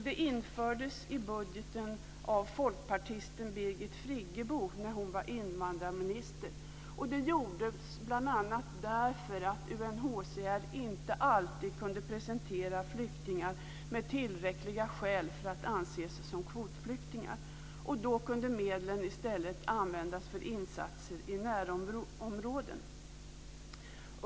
Det infördes i budgeten av folkpartisten Birgit Friggebo när hon var invandrarminister, och det gjordes bl.a. därför att UNHCR inte alltid kunde presentera flyktingar med tillräckliga skäl för att anses som kvotflyktingar. Då kunde medlen i stället användas för insatser i närområden.